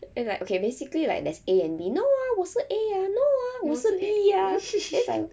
and like okay basically like there's A and B no ah 我是 A ah no ah 我是 B ah then it's like